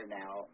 now